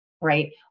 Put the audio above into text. right